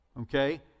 okay